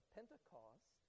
Pentecost